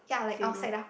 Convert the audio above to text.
table